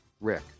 Rick